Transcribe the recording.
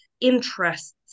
interests